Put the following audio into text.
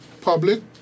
public